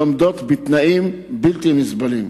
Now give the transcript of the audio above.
לומדות בתנאים בלתי נסבלים.